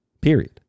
Period